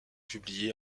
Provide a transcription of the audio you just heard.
publiés